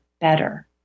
better